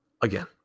again